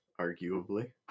arguably